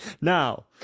Now